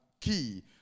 key